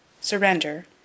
surrender